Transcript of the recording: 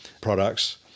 products